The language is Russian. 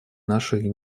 наших